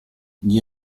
gli